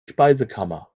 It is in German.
speisekammer